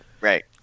Right